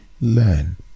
learn